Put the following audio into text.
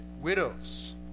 widows